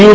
you